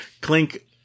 Clink